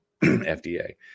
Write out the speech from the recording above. FDA